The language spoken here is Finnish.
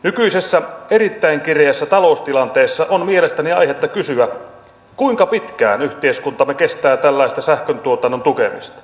nykyisessä erittäin kireässä taloustilanteessa on mielestäni aihetta kysyä kuinka pitkään yhteiskuntamme kestää tällaista sähköntuotannon tukemista